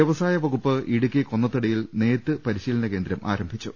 വൃവസായവകുപ്പ് ഇടുക്കി കൊന്നത്തടിയിൽ നെയ്ത്ത് പരിശീലന കേന്ദ്രം ആരംഭിച്ചു